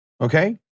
Okay